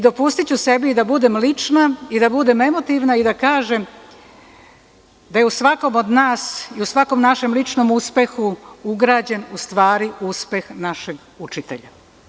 Dopustiću sebi da budem lična i da budem emotivna i da kažem da u svakom od nas i u svakom našem ličnom uspehu je ugrađen uspeh našeg učitelja.